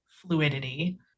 fluidity